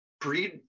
breed